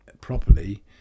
properly